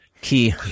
Key